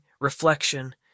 reflection